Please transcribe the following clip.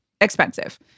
expensive